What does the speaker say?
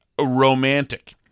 romantic